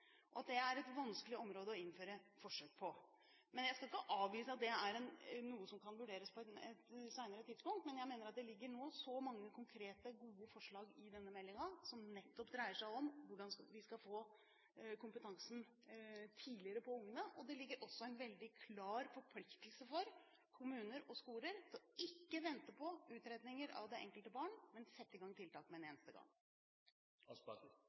og at det er et vanskelig område å innføre forsøk på. Jeg skal ikke avvise at det er noe som kan vurderes på et senere tidspunkt, men jeg mener at det nå ligger mange konkrete, gode forslag i denne meldingen som nettopp dreier seg om hvordan vi skal få kompetansen på barna tidligere. Det ligger også en veldig klar forpliktelse for kommuner og skoler til ikke å vente på utredninger av det enkelte barn, men sette i gang tiltak med en